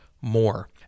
more